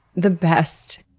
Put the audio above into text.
the best!